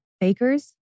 bakers